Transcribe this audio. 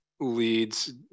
leads